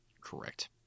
Correct